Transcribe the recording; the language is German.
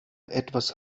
etwas